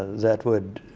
that would